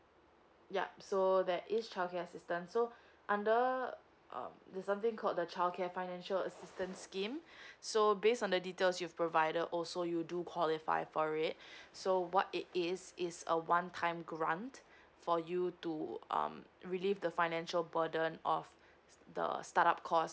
yup so that is childcare assistant so under um there's something called the childcare financial assistance scheme so based on the details you provider also you do qualify for it so what it is it's a one time grant for you to um relive the financial burden of the start up cause